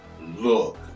look